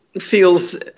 feels